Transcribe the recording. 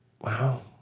wow